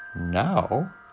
Now